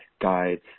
guides